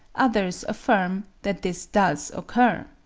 others affirm that this does occur.